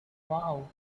wow